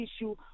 issue